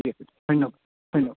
ঠিক আছে ধন্যবাদ ধন্যবাদ